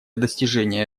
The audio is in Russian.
достижения